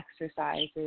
exercises